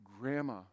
Grandma